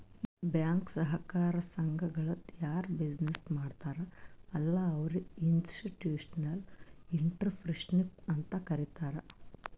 bank, ಸಹಕಾರ ಸಂಘಗಳದು ಯಾರ್ ಬಿಸಿನ್ನೆಸ್ ಮಾಡ್ತಾರ ಅಲ್ಲಾ ಅವ್ರಿಗ ಇನ್ಸ್ಟಿಟ್ಯೂಷನಲ್ ಇಂಟ್ರಪ್ರಿನರ್ಶಿಪ್ ಅಂತೆ ಕರಿತಾರ್